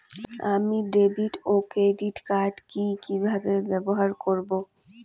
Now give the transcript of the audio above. আমি ডেভিড ও credit card কি কিভাবে ব্যবহার করব?